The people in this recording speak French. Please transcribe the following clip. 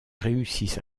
réussissent